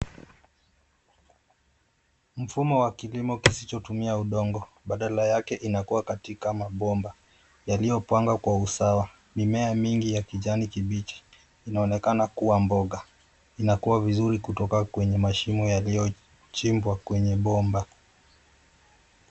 Mfumo wa kilimo kisichotumia udongo, badala yake inakuwa katika mabomba, yaliyopangwa kwa usawa. Mimea mingi ya kijani kibichi, inaonekana kuwa mboga. Inakua vizuri kutoka kwenye mashimo yaliyochimbwa kwenye bomba.